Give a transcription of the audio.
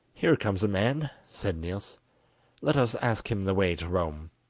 here comes a man said niels let us ask him the way to rome